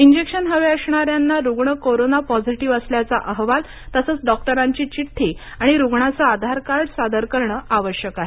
injection हवे असणाऱ्यांना रूग्ण कोरोना पॉझीटीव्ह असल्याचा अहवाल तसंच डॉक्टरांची चिठ्ठी आणि रूग्णाचे आधारकार्ड सादर करणं आवश्यक आहे